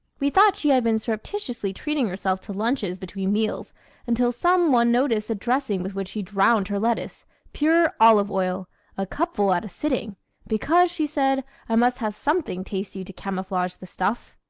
we thought she had been surreptitiously treating herself to lunches between meals until some one noticed the dressing with which she drowned her lettuce pure olive oil a cupful at a sitting because, she said i must have something tasty to camouflage the stuff.